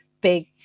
big